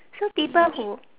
so people who